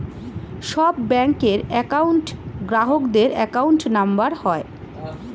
সব ব্যাঙ্কের একউন্ট গ্রাহকদের অ্যাকাউন্ট নম্বর হয়